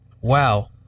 Wow